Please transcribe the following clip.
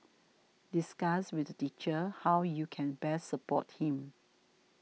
discuss with the teacher how you can best support him